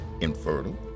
infertile